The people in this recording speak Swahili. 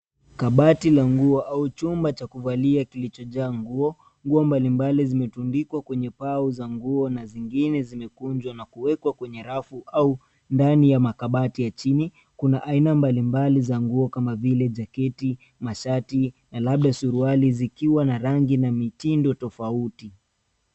Kabati la nguo au chumba cha kuvalia kilichojaa nguo. Nguo mbalimbali zimetundikwa kwenye pau za nguo na zingine zimekunjwa na kuwekwa kwenye rafu au ndani ya makabati ya chini kuna aina mbalimbali za nguo kama vile jaketi, mashati na labda suruali zikiwa na rangi na mitindo tofauti.